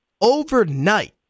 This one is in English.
overnight